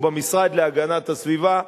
או במשרד להגנת הסביבה,